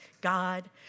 God